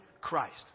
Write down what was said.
Christ